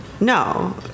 No